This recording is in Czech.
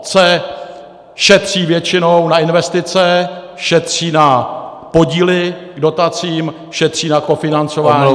Obce šetří většinou na investice, šetří na podíly k dotacím, šetří na kofinancování.